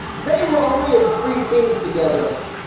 they were only in three scenes together!